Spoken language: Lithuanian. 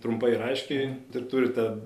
trumpai ir aiškiai ir turite